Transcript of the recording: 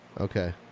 Okay